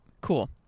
cool